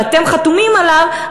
ואתם חתומים עליו,